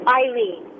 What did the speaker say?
Eileen